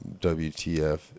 wtf